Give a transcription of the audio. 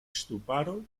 ŝtuparo